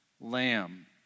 lamb